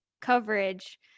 coverage